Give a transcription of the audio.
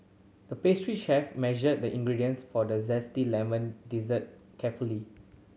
the pastry chef measured the ingredients for the zesty lemon dessert carefully